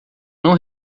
não